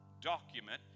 document